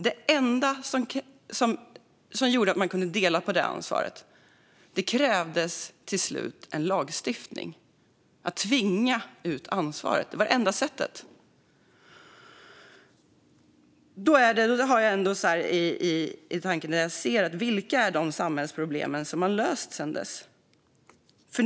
Det enda som gjorde att man kunde dela på ansvaret var att det till slut infördes en lagstiftning. Det var det som krävdes för att tvinga ut ansvaret. Det var det enda sättet. Det är detta jag har i tankarna. Vilka är de samhällsproblem som har lösts sedan dess?